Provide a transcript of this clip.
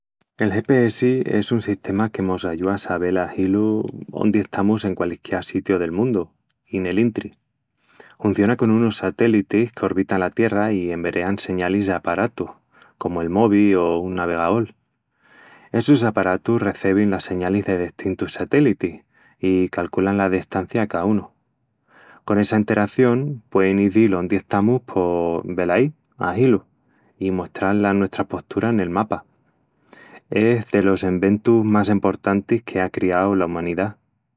El GPS es un sistema que mos ayúa a sabel a hilu ondi estamus en qualisquiá sitiu del mundu, i nel intri. Hunciona con unus satélitis qu'orbitan la Tierra i enverean señalis a aparatus, comu el mobi o un navegaol. Essus aparatus recebin las señalis de destintus satélitis i calculan la destancia a caúnu. Con essa enteración, puein izil ondi estamus pos, velaí, a hilu, i muestral la nuestra postura nel mapa. Es delos enventus más emportantis que á criau la umanidá.